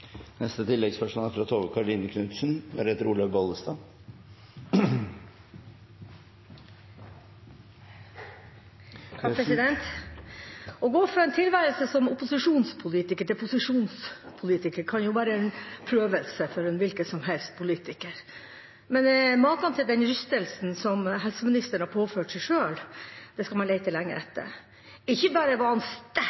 Tove Karoline Knutsen – til oppfølgingsspørsmål. Å gå fra en tilværelse som opposisjonspolitiker til posisjonspolitiker kan være en prøvelse for en hvilken som helst politiker, men makan til den rystelse som helseministeren har påført seg selv, skal man lete lenge